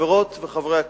חברות וחברי הכנסת,